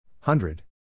Hundred